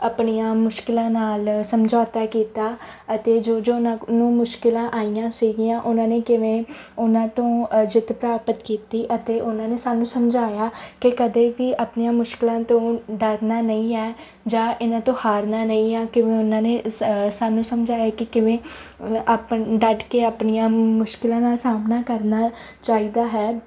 ਆਪਣੀਆਂ ਮੁਸ਼ਕਿਲਾਂ ਨਾਲ ਸਮਝੌਤਾ ਕੀਤਾ ਅਤੇ ਜੋ ਜੋ ਉਹਨਾ ਨੂੰ ਮੁਸ਼ਕਿਲਾਂ ਆਈਆਂ ਸੀਗੀਆਂ ਉਹਨਾਂ ਨੇ ਕਿਵੇਂ ਉਹਨਾਂ ਤੋਂ ਜਿੱਤ ਪ੍ਰਾਪਤ ਕੀਤੀ ਅਤੇ ਉਹਨਾਂ ਨੇ ਸਾਨੂੰ ਸਮਝਾਇਆ ਕਿ ਕਦੇ ਵੀ ਆਪਣੀਆਂ ਮੁਸ਼ਕਿਲਾਂ ਤੋਂ ਡਰਨਾ ਨਹੀਂ ਹੈ ਜਾਂ ਇਹਨਾਂ ਤੋਂ ਹਾਰਨਾ ਨਹੀਂ ਆ ਕਿਵੇਂ ਉਹਨਾਂ ਨੇ ਸਾਨੂੰ ਸਾਨੂੰ ਸਮਝਾਇਆ ਕਿ ਕਿਵੇਂ ਆਪ ਡੱਟ ਕੇ ਆਪਣੀਆਂ ਮੁਸ਼ਕਿਲਾਂ ਦਾ ਸਾਹਮਣਾ ਕਰਨਾ ਚਾਹੀਦਾ ਹੈ